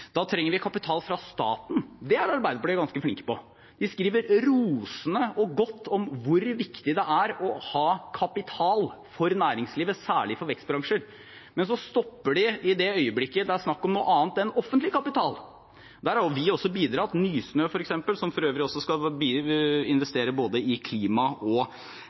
Da trenger vi kapital fra staten – det er Arbeiderpartiet ganske flinke på. De skriver rosende og godt om hvor viktig det er å ha kapital for næringslivet, særlig for vekstbransjer. Men så stopper de i det øyeblikket det er snakk om noen annet enn offentlig kapital. Der har vi også bidratt, med Nysnø, f.eks., som for øvrig skal både investere i klima og